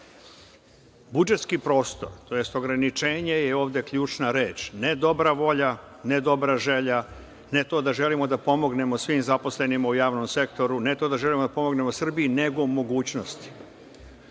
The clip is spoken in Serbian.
zakonu. Budžetski prostor, tj. ograničenje je ovde ključna reč. Ne dobra volja, ne dobra želja, ne to da želimo da pomognemo svim zaposlenima u javnom sektoru, ne to da želimo da pomognemo Srbiji, nego u